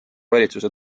valitsuse